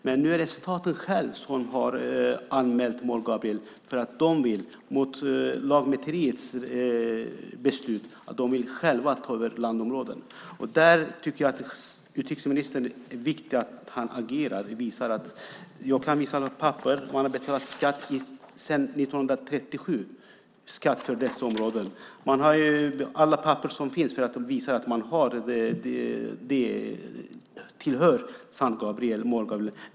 Men nu har staten anmält Mor Gabriel för att staten efter lantmäteriets beslut vill ta över landområden. Det är viktigt att utrikesministern agerar. Jag kan visa papper på att man har betalat skatt för dessa områden sedan 1937. Alla papper visar att det tillhör Mor Gabriel.